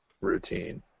routine